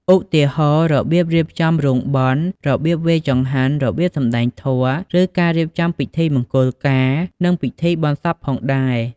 ឧទាហរណ៍ របៀបរៀបចំរោងបុណ្យ របៀបវេរចង្ហាន់ របៀបសំដែងធម៌ ឬការរៀបចំពិធីមង្គលការ និងពិធីបុណ្យសពផងដែរ។